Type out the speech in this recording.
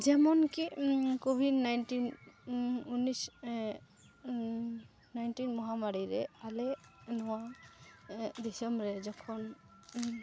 ᱡᱮᱢᱚᱱᱠᱤ covid nineteen nineteen ᱢᱚᱦᱟᱢᱟᱨᱤ ᱨᱮ ᱟᱞᱮ ᱱᱚᱣᱟ ᱫᱤᱥᱚᱢᱨᱮ ᱡᱚᱠᱷᱚᱱ